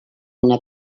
una